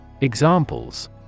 Examples